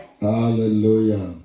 Hallelujah